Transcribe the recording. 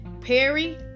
Perry